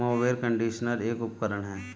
mower conditioner एक उपकरण है